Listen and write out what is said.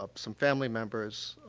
ah some family members,